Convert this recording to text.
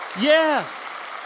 yes